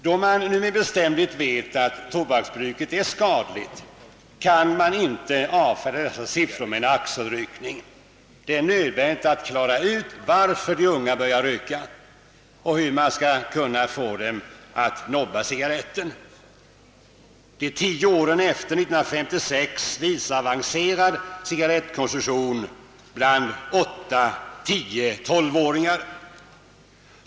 Då man nu med bestämdhet vet att tobaksbruket är skadligt kan man inte avfärda dessa siffror med en axelryckning. Det är nödvändigt att klara ut varför de unga börjar röka och hur man skall kunna få dem att nobba cigarretten. De tio åren efter 1956 uppvisar avancerad cigarrettkonsumtion bland 8-,10 och 12-åringar.